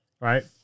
right